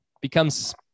becomes